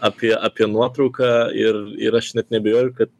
apie apie nuotrauką ir ir aš net neabejoju kad